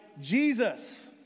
Jesus—